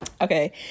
Okay